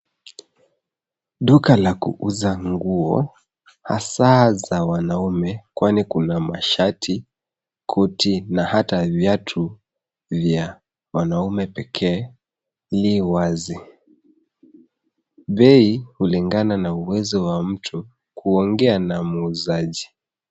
Duka la kuuza nguo hasa za wanaume kwani kuna mashati, koti na hata viatu vya wanaume pekee lii wazi. Bei kulingana na uwezo wa mtu kuongea na muuzaji.